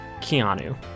Keanu